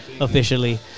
officially